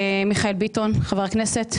חבר הכנסת מיכאל ביטון.